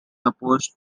opposed